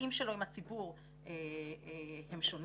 המגעים שלו עם הציבור הם שונים,